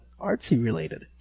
artsy-related